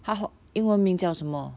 他英文名叫什么